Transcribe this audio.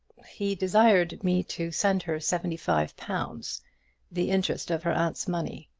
he desired me to send her seventy-five pounds the interest of her aunt's money.